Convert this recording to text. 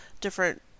different